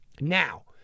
Now